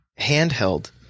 handheld